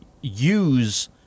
use